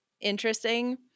interesting